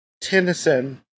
Tennyson